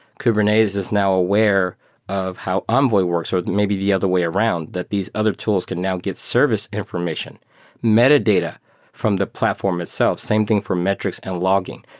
kubernetes is now aware of how envoy works, or maybe the other way around that these other tools can now get service information metadata from the platform itself. same thing for metrics and logging.